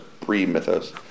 pre-mythos